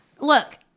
Look